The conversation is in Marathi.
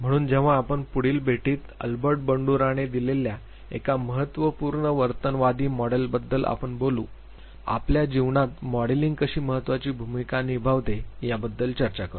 म्हणून आपण पुढील भेटीत अल्बर्ट बंडुराने दिलेल्या एका महत्त्वपूर्ण वर्तनवादी मॉडेलबद्दल आपण बोलू आपल्या जीवनात मॉडेलिंग कशी महत्वाची भूमिका निभावते याबद्दल चर्चा करू